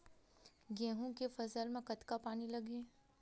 गेहूं के फसल म कतका पानी लगही?